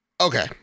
okay